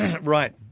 Right